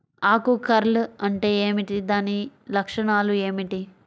ఆకు కర్ల్ అంటే ఏమిటి? దాని లక్షణాలు ఏమిటి?